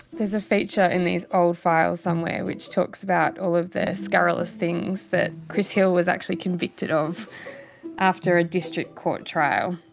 there's a feature in these old files somewhere which talks about all of the scurrilous things that chris hill was actually convicted of after a district court trial.